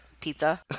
pizza